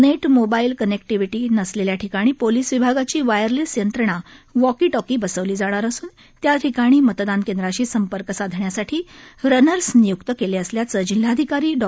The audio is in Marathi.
नेट मोबाईल कनेक्टीव्हिटी नसलेल्या ठिकाणी पोलिस विभागाची वायरलेस यंत्राणा वॉकीटॉकी बसवली जाणार असून त्या ठिकाणी मतदान केंद्रांशी संपर्क साधण्यासाठी रनर्स निय्क्त केले असल्याचं जिल्हाधिकारी डॉ